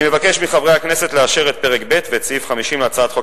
אני מבקש מחברי הכנסת לאשר את פרק ב' ואת סעיף 50 להצעת חוק